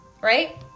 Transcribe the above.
right